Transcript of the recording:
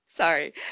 Sorry